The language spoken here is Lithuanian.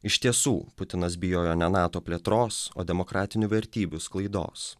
iš tiesų putinas bijojo ne nato plėtros o demokratinių vertybių sklaidos